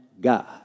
God